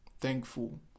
thankful